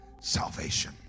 salvation